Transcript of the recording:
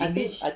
english